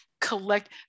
collect